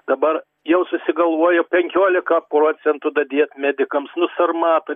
dabar jau susigalvojo penkioliką procentų dadėt medikams nu sarmatą